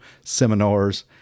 seminars